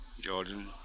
Jordan